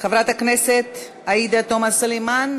חברת הכנסת עאידה תומא סלימאן,